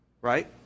right